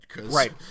Right